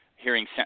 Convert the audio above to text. hearing